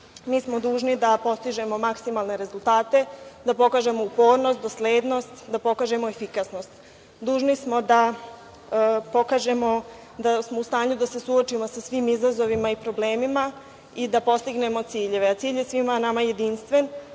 Mi smo dužni da postižemo maksimalne rezultate, da pokažemo upornost, doslednost, da pokažemo efikasnost. Dužni smo da pokažemo da smo u stanju da se suočimo sa svim izazovima i problemima i da postignemo ciljeve. Cilj je svima nama jedinstven.